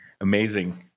Amazing